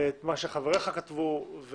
ואת מה שחבריך כתבו,